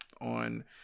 on